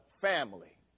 family